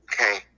Okay